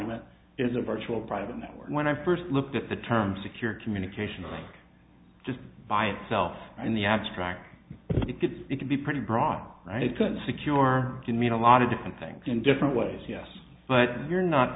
nt is a virtual private network when i first looked at the term secure communication just by itself in the abstract it did it can be pretty broad right it could secure to mean a lot of different things in different ways yes but you're not